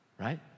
right